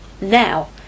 now